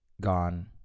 gone